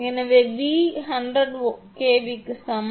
எனவே V 100 kV க்கு சமம்